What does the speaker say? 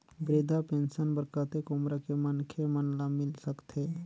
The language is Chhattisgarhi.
वृद्धा पेंशन बर कतेक उम्र के मनखे मन ल मिल सकथे?